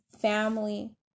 family